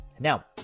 Now